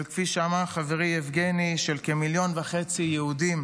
כפי שאמר חברי יבגני, של כמיליון וחצי יהודים